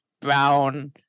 Brown